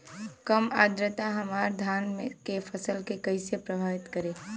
कम आद्रता हमार धान के फसल के कइसे प्रभावित करी?